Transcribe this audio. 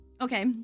Okay